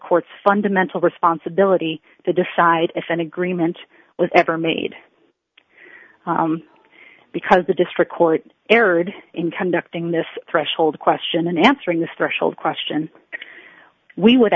court's fundamental responsibility to decide if an agreement was ever made because the district court erred in conducting this threshold question and answering this threshold question we would